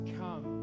come